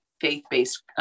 faith-based